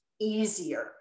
easier